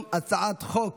להצבעה על הצעת חוק